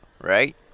right